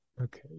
Okay